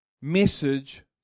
message